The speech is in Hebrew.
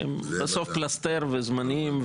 שהם רק פלסטר זמני.